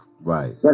Right